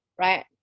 right